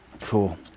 Cool